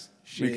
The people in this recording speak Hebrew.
אז תנוח דעתך.